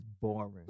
boring